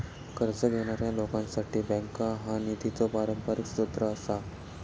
कर्ज घेणाऱ्या लोकांसाठी बँका हा निधीचो पारंपरिक स्रोत आसा